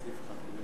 סעיף 1,